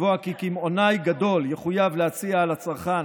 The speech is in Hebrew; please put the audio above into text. לקבוע כי קמעונאי גדול יחויב להציע לצרכן